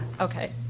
Okay